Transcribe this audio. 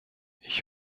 ich